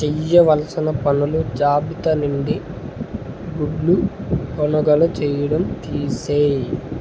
చేయవలసిన పనుల జాబితా నుండి గుడ్లు కొనుగోలు చేయడం తీసేయి